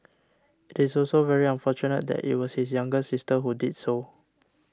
it is also very unfortunate that it was his younger sister who did so